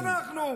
זה רק אנחנו.